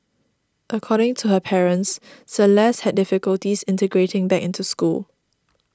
according to her parents Celeste had difficulties integrating back into school